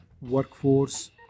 workforce